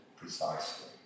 precisely